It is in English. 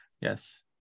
Yes